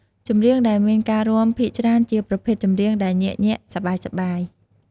ចម្រៀងដែលមានការរាំភាគច្រើនជាប្រភេទចម្រៀងដែលញាក់ៗ សប្បាយៗ។